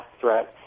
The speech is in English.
threat